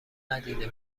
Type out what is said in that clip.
ندیده